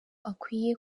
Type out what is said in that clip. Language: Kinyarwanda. akwiye